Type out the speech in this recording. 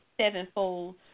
sevenfold